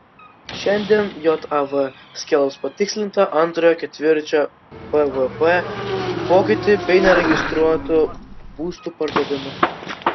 šiandien jav skelbs patikslintą antrojo ketvirčio bvp pokytį bei neregistruotų būstų pardavimą